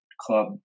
Club